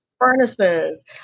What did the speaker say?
furnaces